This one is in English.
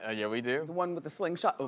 ah yeah, we do. the one with the slingshot,